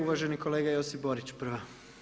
Uvaženi kolega Josip Borić prva.